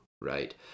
right